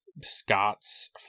Scott's